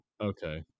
Okay